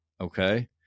okay